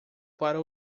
para